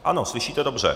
Ano, slyšíte dobře.